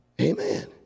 Amen